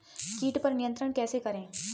कीट पर नियंत्रण कैसे करें?